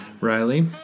Riley